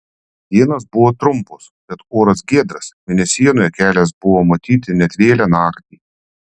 dienos buvo trumpos bet oras giedras mėnesienoje kelias buvo matyti net vėlią naktį